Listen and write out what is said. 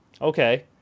Okay